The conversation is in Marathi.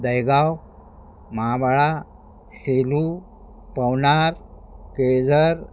दहेगाव महाबळा सेलू पवनार केळझर